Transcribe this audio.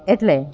એટલે